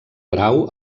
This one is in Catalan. grau